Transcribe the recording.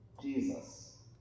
Jesus